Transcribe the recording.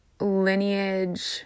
lineage